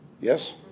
Yes